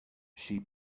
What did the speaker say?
she